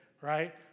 right